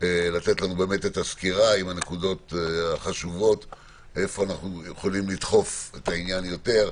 לתת לנו סקירה ולומר איך אנחנו יכולים לדחוף את העניין יותר,